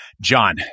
John